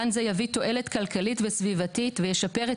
גן זה יביא תועלת כלכלית וסביבתית וישפר את